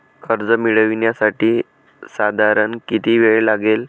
कर्ज मिळविण्यासाठी साधारण किती वेळ लागेल?